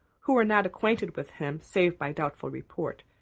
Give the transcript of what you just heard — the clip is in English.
who were not acquainted with him save by doubtful report,